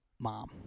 mom